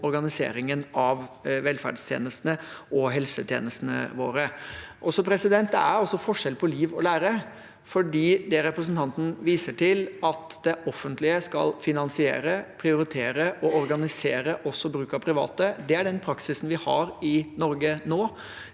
om organiseringen av velferdstjenestene og helsetjenestene våre. Så er det forskjell på liv og lære. Det representanten Trøen viser til, at det offentlige skal finansiere, prioritere og organisere også bruken av private, det er den praksisen vi har i Norge nå.